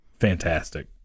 fantastic